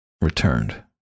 returned